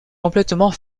complètement